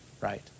Right